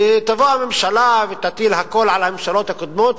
תבוא הממשלה ותטיל הכול על הממשלות הקודמות,